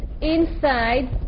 inside